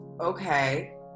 okay